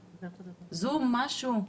זום, משהו?